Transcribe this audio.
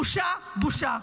בושה, בושה.